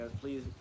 Please